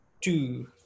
two